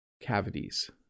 cavities